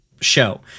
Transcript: show